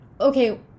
okay